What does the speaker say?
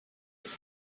its